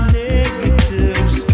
negatives